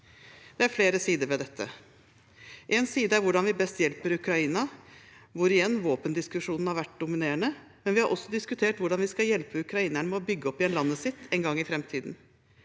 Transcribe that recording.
Det er flere sider ved dette. Én side er hvordan vi best hjelper Ukraina, hvor igjen våpendiskusjonene har vært dominerende, men vi har også diskutert hvordan vi skal hjelpe ukrainerne med å bygge opp igjen landet sitt en gang i framtiden.